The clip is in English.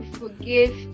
forgive